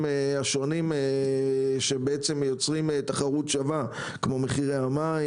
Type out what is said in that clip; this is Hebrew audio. השונים שיוצרים תחרות שווה כמו מחירי המים,